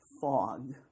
fog